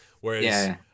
whereas